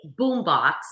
boombox